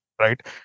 right